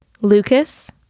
Lucas